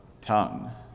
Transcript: Tongue